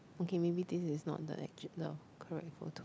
okay maybe this is not the the correct photo